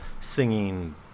singing